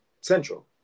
Central